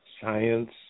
science